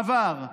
הוא עבר.